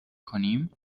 کنیم